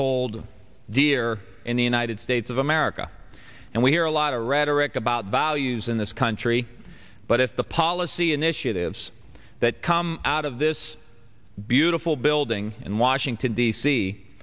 hold dear in the united states of america and we hear a lot of rhetoric about values in this country but if the policy initiatives that come out of this beautiful bill doing in washington d